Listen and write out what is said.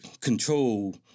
control